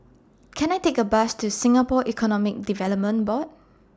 Can I Take A Bus to Singapore Economic Development Board